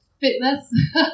fitness